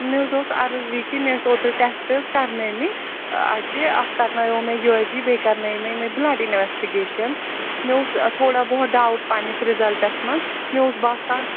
مےٚ حظ اوس عرض یہِ کہِ مےٚ ٲسۍ اوترٕ ٹٮ۪سٹہٕ حظ کرنٲومِتۍ اتہِ اکھ کرنایو مےٚ یوٗ اٮ۪س جی بیٚیہِ کرنٲے مےٚ یِمَے بُلڈ اِنوٮ۪سٹِگیٚشن مےٚ اوس تھوڑا بہت ڈاوُٹ پنٕنِس رِزلٹس منٛز مےٚ اوس باسان